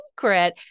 secret